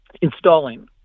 installing